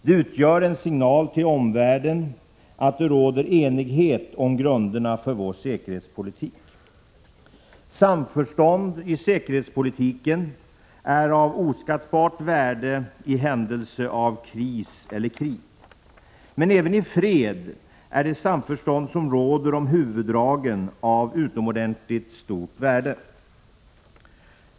Det utgör en signal till omvärlden om att det råder enighet om grunderna för vår säkerhetspolitik. Samförstånd i säkerhetspolitiken är av oskattbart värde i händelse av kris eller krig. Men även i fred är det samförstånd som råder om huvuddragen av utomordentligt stort värde.